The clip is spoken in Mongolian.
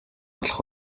олох